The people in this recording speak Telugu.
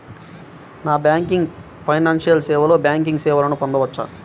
నాన్ బ్యాంకింగ్ ఫైనాన్షియల్ సేవలో బ్యాంకింగ్ సేవలను పొందవచ్చా?